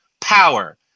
power